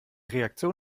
reaktion